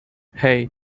hey